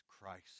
Christ